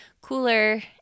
cooler